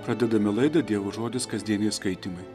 pradedame laidą dievo žodis kasdieniai skaitymai